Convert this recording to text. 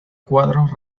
cuadros